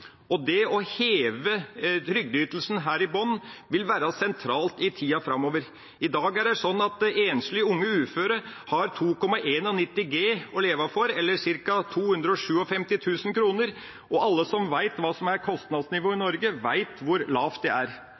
Å heve trygdeytelsen i bunnen vil være sentralt i tida framover. I dag har enslige unge uføre 2,91 G, ca. 257 000 kr, å leve for. Og alle som vet hva kostnadsnivået i Norge er, vet hvor lite det er. Jeg har merket meg at mens Fremskrittspartiet var i